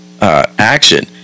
action